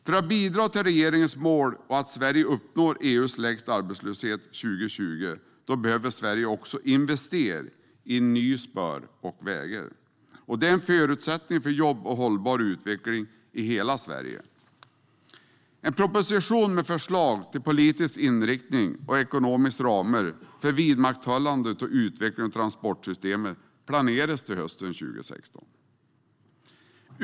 För att bidra till regeringens mål att Sverige ska uppnå EU:s lägsta arbetslöshet år 2020 behöver Sverige också investera i nya spår och vägar. Det är en förutsättning för jobb och hållbar utveckling i hela Sverige. En proposition med förslag till politisk inriktning och ekonomiska ramar för vidmakthållandet och utvecklingen av transportsystemet planeras till hösten 2016.